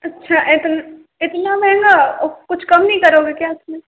अच्छा इतना महंगा कुछ कम नहीं करोगे क्या इसमें